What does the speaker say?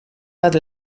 bat